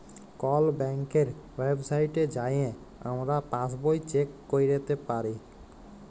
call ব্যাংকের ওয়েবসাইটে যাঁয়ে আমরা পাসবই চ্যাক ক্যইরতে পারি